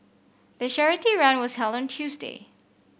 the charity run was held on Tuesday